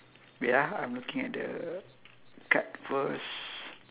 wait ah I'm looking at the card first